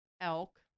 elk